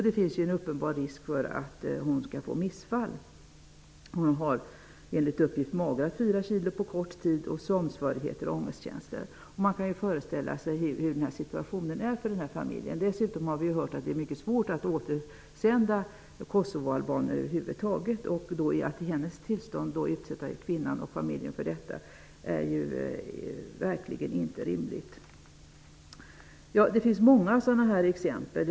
Det finns en uppenbar risk för att hon kan få missfall. Hon har enligt uppgift magrat fyra kilo på kort tid, har sömnsvårigheter och ångestkänslor. Man kan ju föreställa sig hur situationen är för den här familjen. Dessutom har vi hört att det är mycket svårt att återsända kosovoalbaner över huvud taget. Att i den här kvinnans tillstånd utsätta henne och familjen för detta är verkligen inte rimligt. Det finns många sådana här exempel.